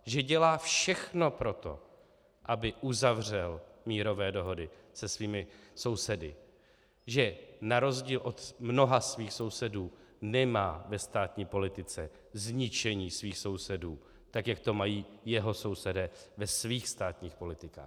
Že dělá všechno pro to, aby uzavřel mírové dohody se svými sousedy, že na rozdíl od mnoha svých sousedů nemá ve státní politice zničení svých sousedů, tak jak to mají jeho sousedé ve svých státních politikách.